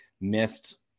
missed